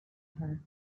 her